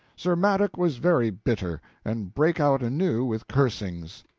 sir madok was very bitter, and brake out anew with cursings.